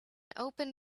open